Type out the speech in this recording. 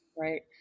right